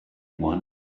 one